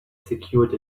secured